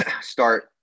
start